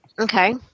Okay